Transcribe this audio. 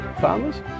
farmers